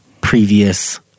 previous